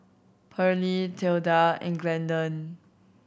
Pearlie Tilda and Glendon